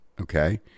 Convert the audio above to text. okay